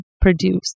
produced